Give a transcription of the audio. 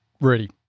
ready